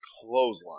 clothesline